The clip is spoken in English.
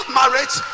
marriage